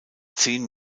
zehn